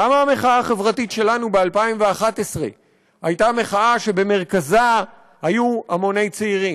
למה המחאה החברתית שלנו ב-2011 הייתה מחאה שבמרכזה היו המוני צעירים?